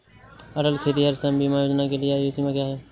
अटल खेतिहर श्रम बीमा योजना के लिए आयु सीमा क्या है?